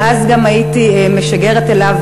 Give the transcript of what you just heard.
ואז גם הייתי משגרת אליו,